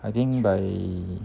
I think by